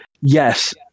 Yes